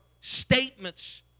statements